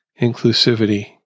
inclusivity